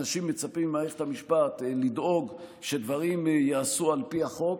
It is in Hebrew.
אנשים מצפים ממערכת המשפט לדאוג שדברים ייעשו על פי החוק,